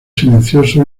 silencioso